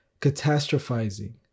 Catastrophizing